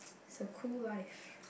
it's a cool life